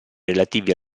relativi